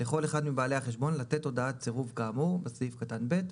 לכל אחד מבעלי החשבון לתת הודעת סירוב כאמור בסעיף קטן (ב),